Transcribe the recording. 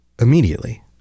immediately